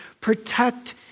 Protect